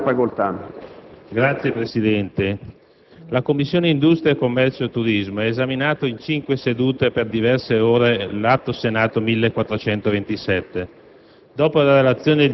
la Commissione industria, commercio, turismo ha esaminato in cinque sedute e per diverse ore l'Atto Senato n. 1427.